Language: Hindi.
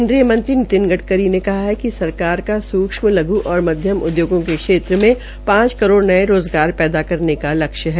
केन्द्रीय मंत्री नितिन गड़करी ने कहा है कि सरकार सूक्षम लघ् और मध्यम उदयोग के क्षेत्र में पांच करोड़ नये रोज़गार पैदा करने का लक्ष्य है